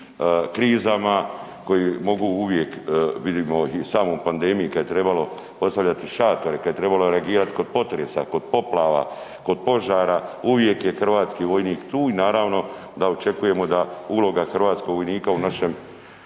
krizama koje mogu uvijek, vidimo i u samoj pandemiji kad je trebalo postavljati šatore, kad je trebalo reagirat kod potresa, kod poplava, kod požara, uvijek je hrvatski vojnik tu i naravno da očekujemo da uloga hrvatskog vojnika u našem,